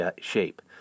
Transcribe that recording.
shape